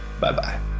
Bye-bye